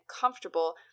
comfortable